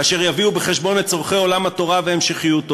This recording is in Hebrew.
ואשר יביאו בחשבון את צורכי עולם התורה והמשכיותו,